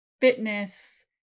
fitness